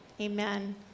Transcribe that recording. Amen